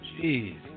Jeez